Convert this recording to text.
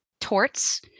torts